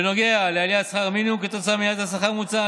בנוגע לעליית שכר המינימום כתוצאה מעליית השכר הממוצע,